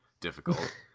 difficult